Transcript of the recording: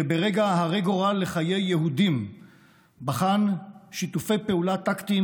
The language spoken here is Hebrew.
אשר ברגע הרה גורל לחיי יהודים בחן שיתופי פעולה טקטיים